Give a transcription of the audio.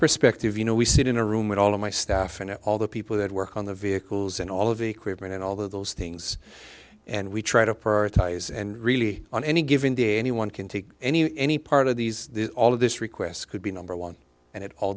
perspective you know we sit in a room with all of my staff and all the people that work on the vehicles and all of the equipment and all those things and we try to perth ties and really on any given day anyone can take any any part of these all of this requests could be number one and it all